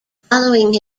following